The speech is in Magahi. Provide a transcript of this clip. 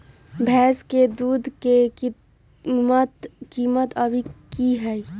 भैंस के दूध के कीमत अभी की हई?